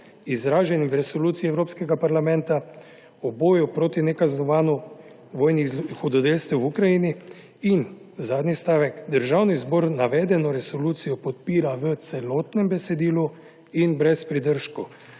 izraženim v Resoluciji Evropskega parlamenta o boju proti nekaznovanju vojnih hudodelstev v Ukrajini.« In zadnji stavek: »Državni zbor navedeno resolucijo podpira v celotnem besedilu in brez pridržkov.«